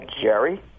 Jerry